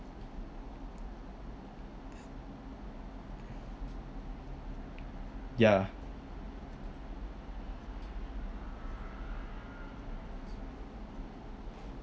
ya